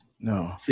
No